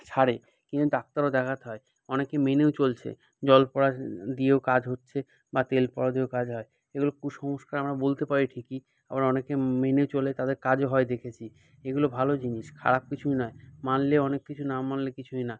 ছাড়ে কিন্তু ডাক্তারও দেখাতে হয় অনেকে মেনেও চলছে জলপড়া দিয়েও কাজ হচ্ছে বা তেলপড়া দিয়েও কাজ হয় এগুলো কুসংস্কার আমরা বলতে পারি ঠিকই আবার অনেকে মেনে চলে তাদের কাজও হয় দেখেছি এগুলো ভালো জিনিস খারাপ কিছুই নয় মানলে অনেক কিছু না মানলে কিছুই না